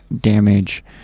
Damage